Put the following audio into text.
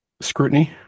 scrutiny